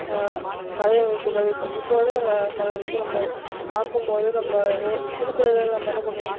கதையமைப்புகள் இப்போ வந்து நம்ம சில நேரத்துக்கு நம்ம பார்க்கும்போது நம்ம வெ சின்ன பிள்ளைலலாம் நம்ம என்ன பண்ணுவோம்